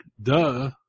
Duh